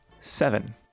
Seven